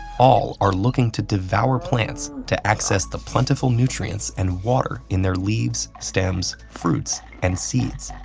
all are looking to devour plants to access the plentiful nutrients and water in their leaves, stems, fruits, and seeds.